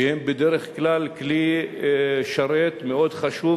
שהם בדרך כלל כלי שרת מאוד חשוב,